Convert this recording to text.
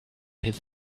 his